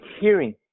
hearing